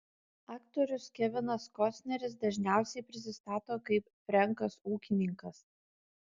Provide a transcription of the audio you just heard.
aktorius kevinas kostneris dažniausiai prisistato kaip frenkas ūkininkas